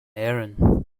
errand